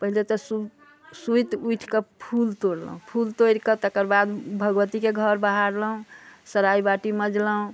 पहिले तऽ सुत सुति उठिके फूल तोड़लहुँ फूल तोड़िके तकर बाद भगवतीके घर बहारलहुँ सराइ बाटि मजलहुँ